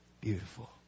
Beautiful